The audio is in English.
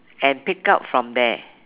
and pick up from there